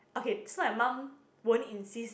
okay so my mum won't insist